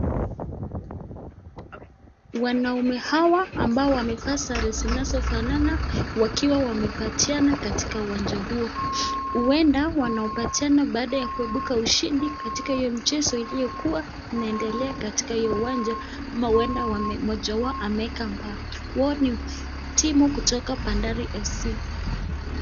Wanaume hawa ambao wamevaa sare zinazofanana, wakiwa wamepatana katika uwanja huo. Huenda wanapatana baada ya kuebuka washindi katika hiyo mchezo iliyokuwa inaendelea katika hiyo uwanja ama huenda mmoja wao ameeka mbao. Wao ni timu kutoka Bandari FC.